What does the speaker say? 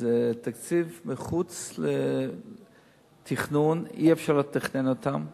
זה תקציב מחוץ לתכנון, אי-אפשר לתכנן אותם.